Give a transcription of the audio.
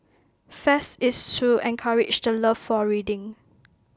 fest is to encourage the love for reading